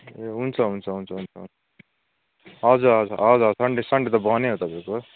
ए हुन्छ हुन्छ हुन्छ हुन्छ हवस् हजुर हजुर हजुर सन्डे सन्डे त बन्दै हो तपाईँको